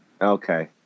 Okay